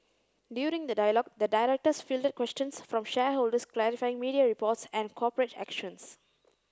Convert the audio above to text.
during the dialogue the directors fielded questions from shareholders clarifying media reports and corporate actions